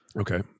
Okay